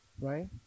Right